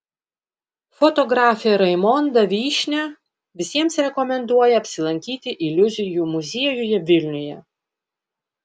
fotografė raimonda vyšnia visiems rekomenduoja apsilankyti iliuzijų muziejuje vilniuje